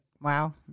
Wow